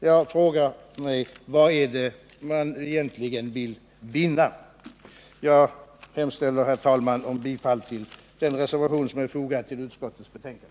Jag frågar mig: Vad är det egentligen man vill vinna? Jag hemställer, herr talman, om bifall till den reservation som är fogad till utskottets betänkande.